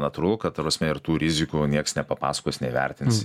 natūralu kad ta prasme ir tų rizikų nieks nepapasakos nevertins